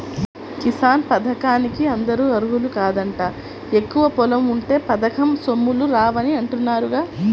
కిసాన్ పథకానికి అందరూ అర్హులు కాదంట, ఎక్కువ పొలం ఉంటే పథకం సొమ్ములు రావని అంటున్నారుగా